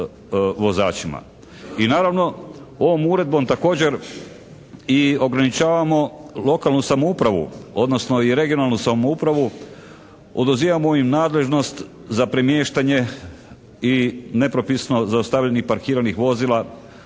I naravno ovom uredbom također i ograničavamo lokalnu samoupravu, odnosno i regionalnu samoupravu, oduzimamo im nadležnost za premještanje i nepropisno zaustavljenih parkiranih vozila,